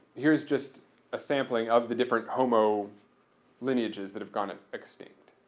here's just a sampling of the different homo lineages that have gone extinct.